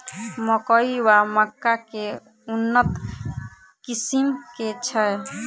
मकई वा मक्का केँ उन्नत किसिम केँ छैय?